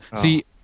See